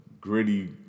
gritty